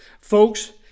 Folks